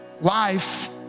Life